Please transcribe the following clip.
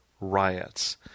riots—